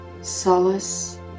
solace